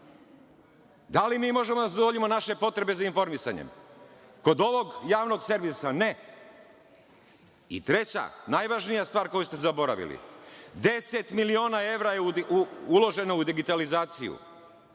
Da li mi možemo da zadovoljimo naše potrebe za informisanjem? Kod ovog javnog servisa – ne!I treća, najvažnija stvar koju ste zaboravili, 10 miliona evra je uloženo u digitalizaciju.